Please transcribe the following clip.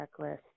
checklist